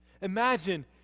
Imagine